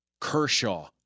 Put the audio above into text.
Kershaw